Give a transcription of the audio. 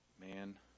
man